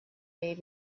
may